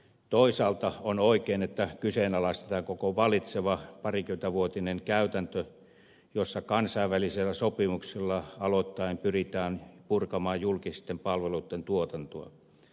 toisaalta on oikein että kyseenalaistetaan koko vallitseva parikymmenvuotinen käytäntö jossa kansainvälisillä sopimuksilla aloittain pyritään purkamaan julkisten palveluiden tuotantoa